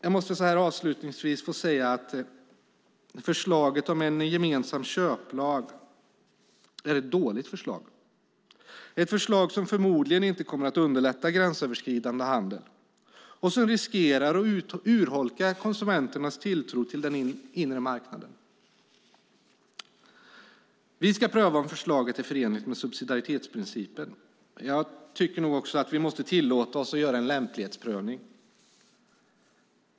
Jag måste avslutningsvis få säga att förslaget om en gemensam köplag är ett dåligt förslag. Det är ett förslag som förmodligen inte kommer att underlätta gränsöverskridande handel men däremot riskerar att urholka konsumenternas tilltro till den inre marknaden. Vi ska pröva om förslaget är förenligt med subsidiaritetsprincipen, men jag tycker också att vi måste tillåta oss att göra en lämplighetsbedömning.